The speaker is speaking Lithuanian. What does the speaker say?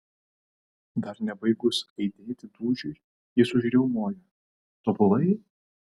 dar nebaigus aidėti dūžiui jis užriaumoja tobulai